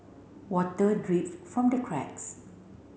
water drips from the cracks